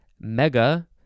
mega